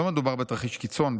לא מדובר בתרחיש קיצון.